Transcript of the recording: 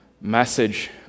message